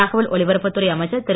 தகவல் ஒலிபரப்புத்துறை அமைச்சர் திரு